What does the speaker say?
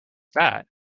that